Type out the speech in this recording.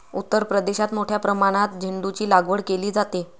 उत्तर प्रदेशात मोठ्या प्रमाणात झेंडूचीलागवड केली जाते